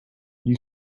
you